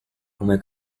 come